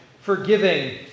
Forgiving